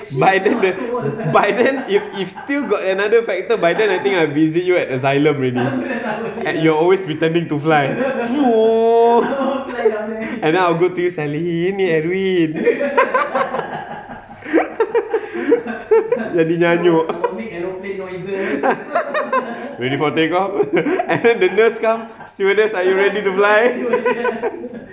by then if if still got another factor by then I think I visit you at asylum already your always pretending to fly and then I'll go to salihin ni edwin jadi nyanyuk ready for take off and then the nurse come stewardess are you ready to fly